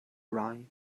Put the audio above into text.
rye